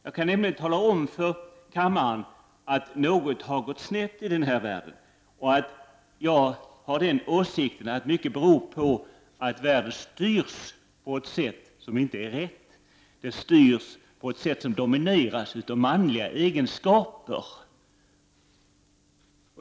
Jag kan nämligen tala om för kammaren att något har gått snett i denna värld och att jag har den åsikten att mycket beror på att världen styrs på ett sätt som inte är rätt, på ett sätt som domineras av manliga egenskaper.